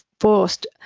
forced